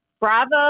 bravo